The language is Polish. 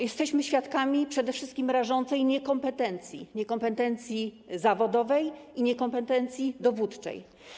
Jesteśmy świadkami przede wszystkim rażącej niekompetencji: niekompetencji zawodowej i niekompetencji dowódczej.